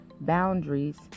boundaries